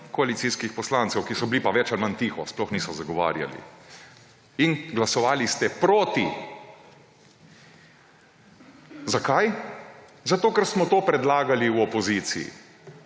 koalicijskih poslancev, ki so bili pa več ali manj tiho, sploh niso zagovarjali. In glasovali ste proti. Zakaj? Zato, ker smo to predlagali v opoziciji.